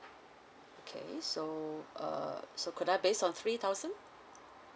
okay so uh so could I base on three thousand